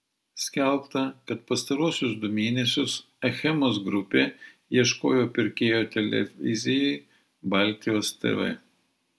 skelbta kad pastaruosius du mėnesius achemos grupė ieškojo pirkėjo televizijai baltijos tv